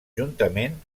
juntament